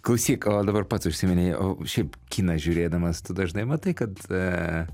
klausyk o dabar pats užsiminei o šiaip kiną žiūrėdamas tu dažnai matai kad